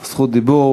יש לך זכות דיבור.